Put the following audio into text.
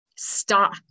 stop